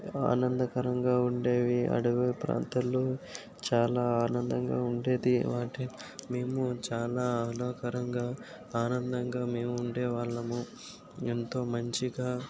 ఆనందకరంగా ఉండేవి అడవి ప్రాంతంలో చాలా ఆనందంగా ఉండేది వాటి మేము చాలా ఆహ్లాదకరంగా ఆనందంగా మేము ఉండే వాళ్ళము ఎంతో మంచిగా